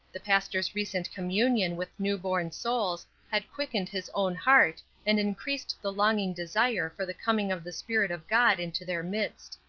the pastor's recent communion with new-born souls had quickened his own heart and increased the longing desire for the coming of the spirit of god into their midst.